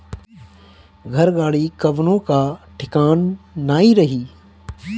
घर, गाड़ी कवनो कअ ठिकान नाइ रही